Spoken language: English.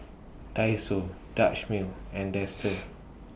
Daiso Dutch Mill and Dester